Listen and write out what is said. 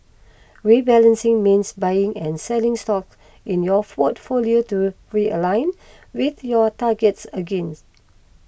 rebalancing means buying and selling stocks in your portfolio to realign with your targets again